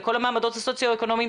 לכל המעמדות הסוציו-אקונומיים.